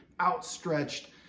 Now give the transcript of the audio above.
outstretched